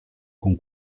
con